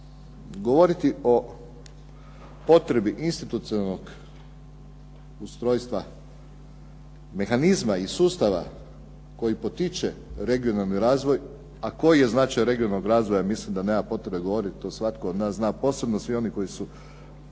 Govoriti o potrebi institucionalnog ustrojstva mehanizma i sustava koji potiče regionalni razvoj, a koji je značaj regionalnog razvoja mislim da nema potrebe govoriti, to svatko od nas zna. Posebno svi oni koji su